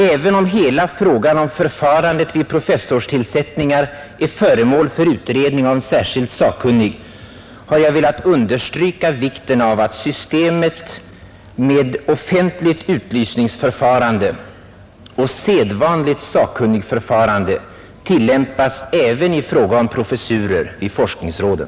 Även om hela frågan om förfarandet vid professorstillsättningar är föremål för utredning av en särskild sakkunnig har jag velat understryka vikten av att systemet med offentligt utlysningsförfarande och sedvanligt sakkunnigförfarande tillämpas även i fråga om professurer i forskningsråden.